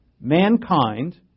Mankind